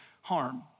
harm